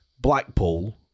Blackpool